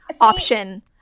option